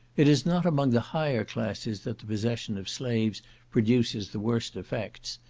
it is not among the higher classes that the possession of slaves produces the worst effects.